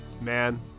Man